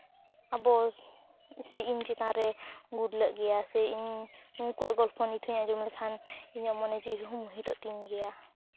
ᱟᱵᱚ ᱥᱮ ᱤᱧ ᱪᱮᱛᱟᱱ ᱨᱮ ᱜᱩᱨᱞᱟᱹᱜ ᱜᱮᱭᱟ ᱥᱮ ᱤᱧ ᱩᱱᱠᱩᱣᱟᱜ ᱜᱚᱞᱯᱷᱚ ᱱᱤᱛ ᱦᱚᱸᱧ ᱟᱸᱡᱚᱢ ᱞᱮᱠᱷᱟᱱ ᱤᱧᱟᱹᱜ ᱢᱚᱱᱮ ᱡᱤᱶᱤ ᱢᱚᱦᱤᱛᱚᱜ ᱛᱤᱧᱟ